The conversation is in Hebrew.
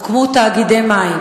הוקמו תאגידי מים.